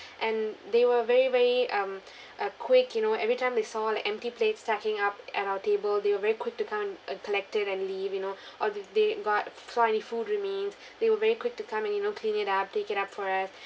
and they were very very um uh quick you know every time they saw like empty plates stacking up at our table they were very quick to come and uh collect it and leave you know or th~ they got saw any food remains they were very quick to come and you know clean it up take it out for us